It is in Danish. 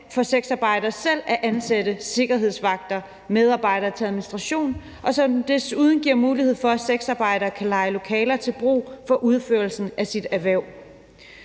for sexarbejdere selv at ansætte sikkerhedsvagter, medarbejdere til administration, og som desuden giver mulighed for, at sexarbejdere kan leje lokaler til brug for udførelsen af deres erhverv.